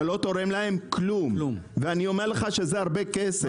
זה לא תורם להם כלום וזה הרבה כסף.